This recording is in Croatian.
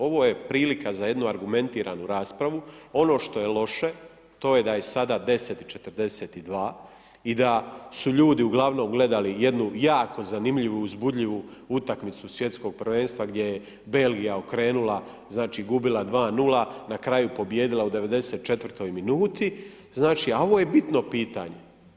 Ovo je prilika za jednu argumentiranu raspravu, ono što je loše, to je da je sada 10.42 i da su ljudi uglavnom gledali jednu jako zanimljivu i uzbudljivu utakmicu SP-a gdje je Belgija okrenula, znači gubila 2:0, na kraju pobijedila u '94. minuti, znači a ovo je bitno pitanje.